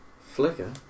Flicker